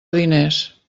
diners